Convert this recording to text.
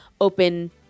open